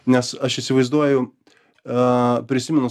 nes aš įsivaizduoju aaa prisimenu